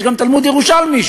יש גם תלמוד ירושלמי,